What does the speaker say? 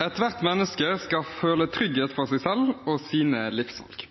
Ethvert menneske skal føle trygghet for seg selv og sine livsvalg.